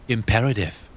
Imperative